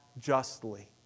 justly